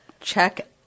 Check